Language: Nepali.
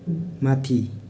माथि